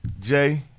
Jay